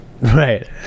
right